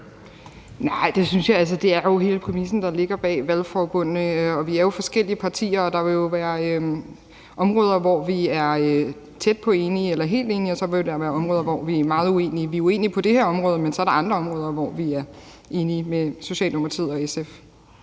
Nej, det synes jeg altså ikke, det er jo hele præmissen, der ligger bag valgforbundene. Vi er jo forskellige partier, og der vil være områder, hvor vi er tæt på enige eller helt enige, og så vil der være områder, hvor vi er meget uenige. Vi er uenige på det her område, men så er der andre områder, hvor vi enige med Socialdemokratiet og SF.